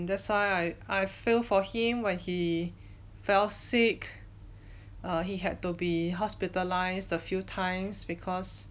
that's why I I feel for him when he fell sick err he had to be hospitalised a few times because